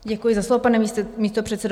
Děkuji za slovo, pane místopředsedo.